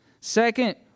Second